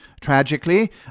Tragically